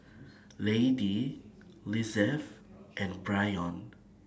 Lady Lizeth and Bryon